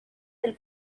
del